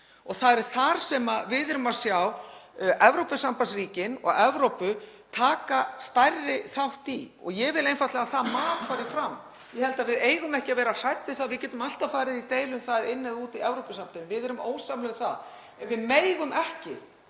og það er þar sem við sjáum Evrópusambandsríkin og Evrópu taka stærri þátt. Ég vil einfaldlega að það mat fari fram. Ég held að við eigum ekki að vera hrædd við það. Við getum alltaf farið í deilu um það; inni eða úti í Evrópusambandinu, og við erum ósammála um það. En við megum ekki